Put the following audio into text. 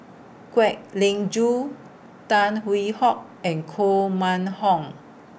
Kwek Leng Joo Tan Hwee Hock and Koh Mun Hong